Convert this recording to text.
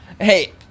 Hey